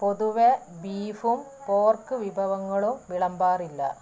പൊതുവേ ബീഫും പോർക്ക് വിഭവങ്ങളും വിളമ്പാറില്ല